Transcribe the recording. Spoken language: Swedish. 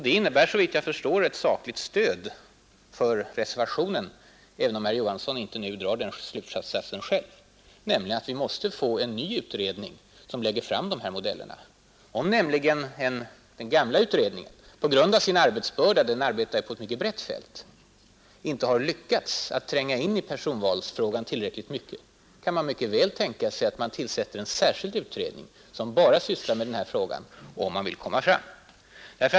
Det innebär, efter vad jag kan finna, ett sakligt stöd för reservationen, även om Hilding Johansson inte drog den slutsatsen själv; vi måste få en ny utredning som lägger fram de här modellerna. Om den gamla utredningen på grund av sin arbetsbörda — den arbetar ju på ett mycket brett fält — inte tillräckligt mycket har lyckats tränga in i personvalsfrågan, kan man mycket väl tänka sig att en särskild utredning tillsättes som bara sysslar med den här frågan.